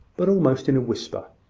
but almost in a whisper,